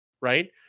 right